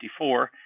1954